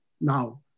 now